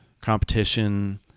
competition